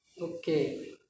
Okay